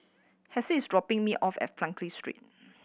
Halsey is dropping me off at Frankel Street